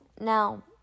Now